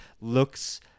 looks